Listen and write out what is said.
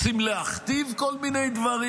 רוצים להכתיב כל מיני דברים.